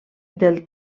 del